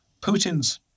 Putin's